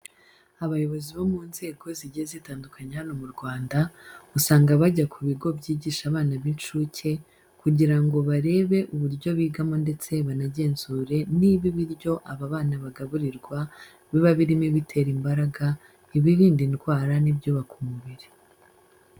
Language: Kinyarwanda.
Abayobozi bo mu nzego zigiye zitandukanye hano mu Rwanda, usanga bajya ku bigo byigisha abana b'incuke kugira ngo barebe uburyo bigamo ndetse banagenzure niba ibiryo aba bana bagaburirwa biba birimo ibitera imbaraga, ibirinda indwara n'ibyubaka umubiri.